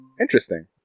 Interesting